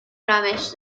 آرامش